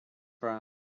from